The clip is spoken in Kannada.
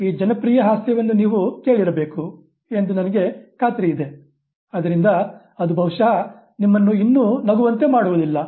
ಈ ಜನಪ್ರಿಯ ಹಾಸ್ಯವನ್ನು ನೀವು ಕೇಳಿರಬೇಕು ಎಂದು ನನಗೆ ಖಾತ್ರಿಯಿದೆ ಅದರಿಂದ ಅದು ಬಹುಶಃ ನಿಮ್ಮನ್ನು ಇನ್ನೂ ನಗುವಂತೆ ಮಾಡುವುದಿಲ್ಲ